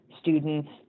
students